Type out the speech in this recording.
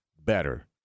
better